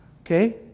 okay